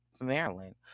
Maryland